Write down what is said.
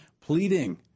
pleading